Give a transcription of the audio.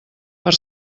per